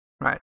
Right